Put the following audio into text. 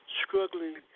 struggling